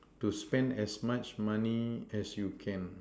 to spend as much money as you can